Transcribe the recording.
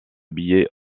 billets